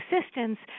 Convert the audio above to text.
assistance